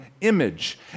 image